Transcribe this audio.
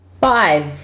five